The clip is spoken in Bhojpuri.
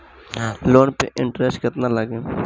लोन पे इन्टरेस्ट केतना लागी?